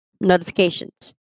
notifications